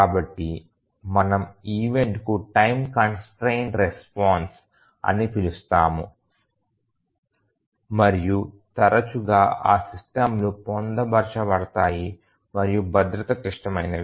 కాబట్టి మనము ఈవెంట్ కు టైమ్ కంస్ట్రయిన్డ్ రెస్పాన్స్ అని పిలుస్తాము మరియు తరచుగా ఈ సిస్టమ్లు పొందుపరచబడతాయి మరియు భద్రత క్లిష్టమైనవి